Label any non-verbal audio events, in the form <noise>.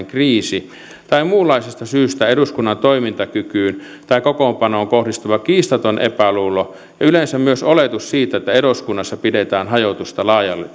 <unintelligible> kriisi tai muunlaisesta syystä eduskunnan toimintakykyyn tai kokoonpanoon kohdistuva kiistaton epäluulo ja yleensä myös oletus siitä että eduskunnassa pidetään hajotusta